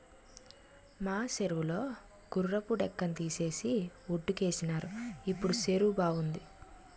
మా సెరువు లో గుర్రపు డెక్కని తీసేసి వొడ్డుకేసినారు ఇప్పుడు సెరువు బావుంది